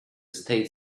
state